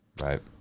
Right